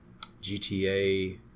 GTA